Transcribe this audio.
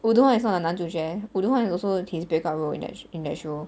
woo do-hwan is not the 男主角 woo do-hwan is also his breakout role in that in that show